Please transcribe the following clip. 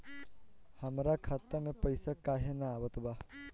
हमरा खाता में पइसा काहे ना आवत बा?